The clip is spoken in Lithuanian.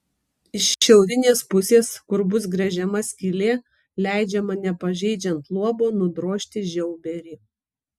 iš šiaurinės pusės kur bus gręžiama skylė leidžiama nepažeidžiant luobo nudrožti žiauberį